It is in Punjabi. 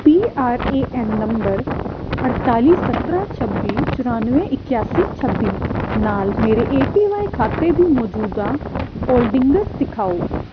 P R A N number ਅਠਤਾਲੀ ਸਤੱਤਰ ਛੱਬੀ ਚੁਰਾਨਵੇਂ ਇਕਿਆਸੀ ਛੱਬੀ ਨਾਲ ਮੇਰੇ ਏ ਪੀ ਵਾਈ ਖਾਤੇ ਦੀ ਮੌਜੂਦਾ ਹੋਲਡਿੰਗਜ਼ ਦਿਖਾਉ